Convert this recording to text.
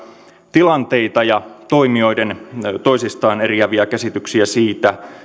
tilanteita ja toimijoiden toisistaan eriäviä käsityksiä siitä